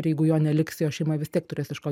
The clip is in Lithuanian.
ir jeigu jo neliks jo šeima vis tiek turės iš ko